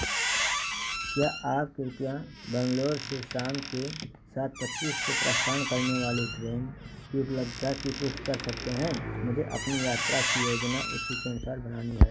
क्या आप कृपया बैंगलोर से शाम के सात पच्चीस को प्रस्थान करने वाली ट्रेन की उपलब्धता की पुष्टि कर सकते हैं मुझे अपनी यात्रा की योजना उसी के अनुसार बनानी है